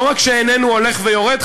לא רק שאיננו הולך ויורד,